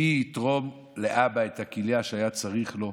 מי יתרום לאבא את הכליה שהיה צריך לה.